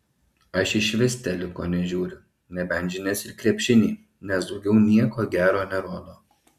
aš išvis teliko nežiūriu nebent žinias ir krepšinį nes daugiau nieko gero nerodo